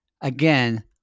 Again